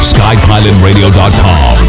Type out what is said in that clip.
SkyPilotRadio.com